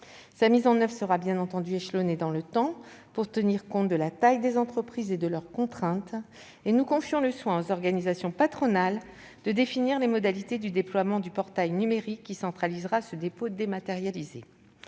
Sa mise en oeuvre sera bien entendu échelonnée dans le temps pour tenir compte de la taille des entreprises et de leurs contraintes, et nous confions le soin aux organisations patronales de définir les modalités du déploiement du portail numérique qui centralisera ce dépôt dématérialisé.